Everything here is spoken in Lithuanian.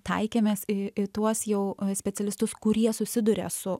taikėmės į į tuos jau specialistus kurie susiduria su